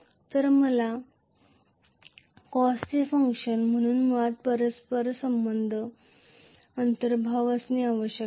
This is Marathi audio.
तर मला कॉसचे फंक्शन म्हणून मुळात परस्पर अंतर्भाव असणे आवश्यक आहे